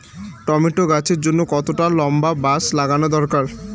Tomato গাছের জন্যে কতটা লম্বা বাস লাগানো দরকার?